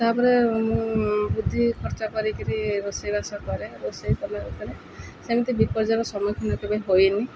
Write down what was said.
ତାପରେ ମୁଁ ବୁଦ୍ଧି ଖର୍ଚ୍ଚ କରିକିରି ରୋଷେଇବାସ କରେ ରୋଷେଇ କଲା ସେମିତି ବିପଦର ସମ୍ମୁଖୀନ କେବେ ହୋଇନି